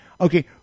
okay